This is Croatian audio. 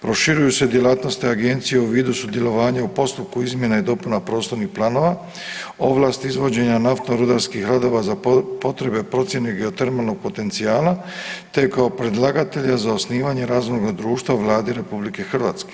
Proširuju se djelatnosti agencije u vidu sudjelovanja u postupku izmjena i dopuna prostornih planova, ovlasti izvođenja naftno rudarskih radova za potrebe procjene geotermalnog potencijala, te kao predlagatelja za osnivanje razvojnoga društva u Vladi RH.